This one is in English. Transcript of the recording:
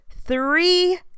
three